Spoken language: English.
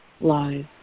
lies